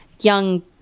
young